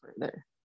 further